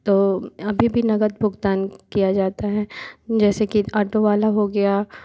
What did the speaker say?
तो अभी भी नगद भुगतान किया जाता है जैसे कि ऑटो वाला हो गया